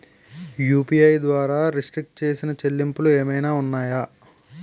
UPI ద్వారా restrict చేసిన చెల్లింపులు ఏమైనా ఉన్నాయా?